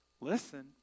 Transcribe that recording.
Listen